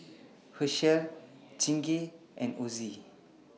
Herschel Chingay and Ozi